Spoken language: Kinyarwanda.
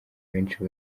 benshi